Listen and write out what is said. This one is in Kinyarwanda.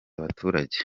abaturage